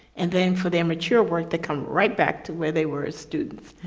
and then for their mature work, they come right back to where they were students.